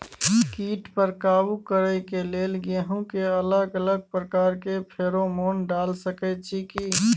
कीट पर काबू करे के लेल गेहूं के अलग अलग प्रकार के फेरोमोन डाल सकेत छी की?